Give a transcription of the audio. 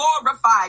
glorified